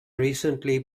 recently